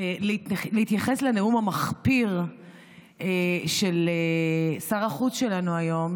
להתייחס לנאום המחפיר של שר החוץ שלנו היום,